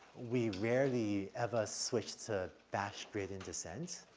we rarely, ever switch to batch gradient descent,